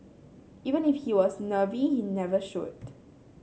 even if he was nervy it never showed